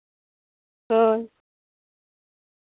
ᱦᱳᱭ